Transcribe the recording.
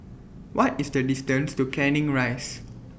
What IS The distance to Canning Rise